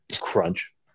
crunch